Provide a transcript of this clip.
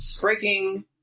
breaking